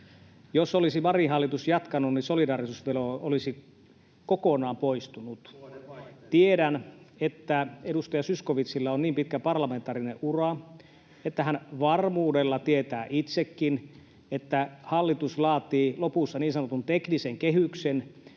jos olisi Marinin hallitus jatkanut, niin solidaarisuusvero olisi kokonaan poistunut. [Ben Zyskowicz: Vuodenvaihteessa!] Tiedän, että edustaja Zyskowiczilla on niin pitkä parlamentaarinen ura, että hän varmuudella tietää itsekin, että hallitus laatii lopussa niin sanotun teknisen kehyksen,